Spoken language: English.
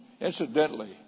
Incidentally